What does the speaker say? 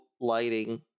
lighting